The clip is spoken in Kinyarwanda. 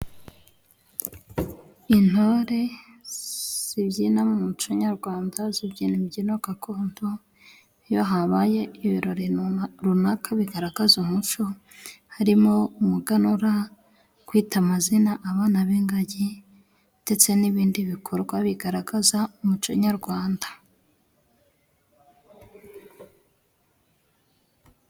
Intore zibyina mu muco nyarwanda zibyina imbyino gakondo iyo habaye ibirori runaka bigaragaza umuco harimo umuganura, kwita amazina abana b'ingagi ndetse n'ibindi bikorwa bigaragaza umuco nyarwanda.